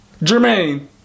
Jermaine